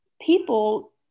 people